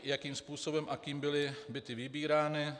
Jakým způsobem a kým byly byty vybírány?